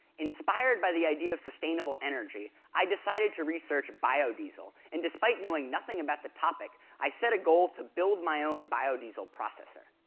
inspired by the idea of sustainable energy, i decided to research biodiesel, and despite knowing nothing about the topic i set a goal to build my own biodiesel processor.